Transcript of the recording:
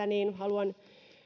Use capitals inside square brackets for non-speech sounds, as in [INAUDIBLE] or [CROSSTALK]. [UNINTELLIGIBLE] niin haluan